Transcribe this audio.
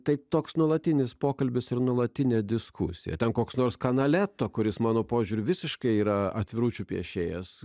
tai toks nuolatinis pokalbis ir nuolatinė diskusija ten koks nors kanaleto kuris mano požiūriu visiškai yra atviručių piešėjas